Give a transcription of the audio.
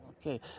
Okay